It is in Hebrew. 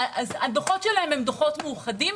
הדוחות שלהם הם מאוחדים.